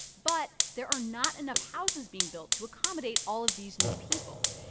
but there are not enough houses being built to accommodate all of these new people.